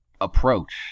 approach